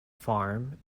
farm